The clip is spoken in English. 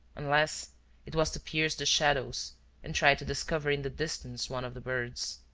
unless it was to pierce the shadows and try to discover in the distance one of the birds.